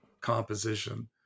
composition